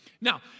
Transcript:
Now